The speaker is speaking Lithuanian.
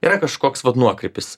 yra kažkoks vat nuokrypis